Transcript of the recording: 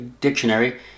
dictionary